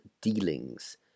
dealings